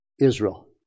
Israel